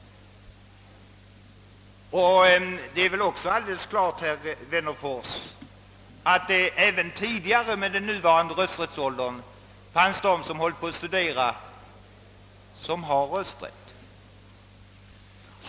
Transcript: Även den nuvarande rösträttsåldern ger ju studerande rösträtt.